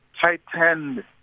tightened